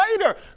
later